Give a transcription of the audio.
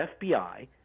FBI